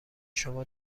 شما